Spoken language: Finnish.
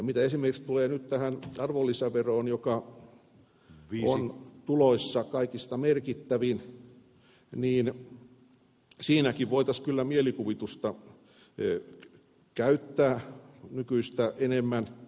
mitä esimerkiksi nyt tulee arvonlisäveroon joka on tuloista kaikista merkittävin siinäkin voitaisiin kyllä mielikuvitusta käyttää nykyistä enemmän